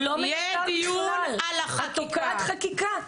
הוא לא מיותר בכלל, את תוקעת חקיקה.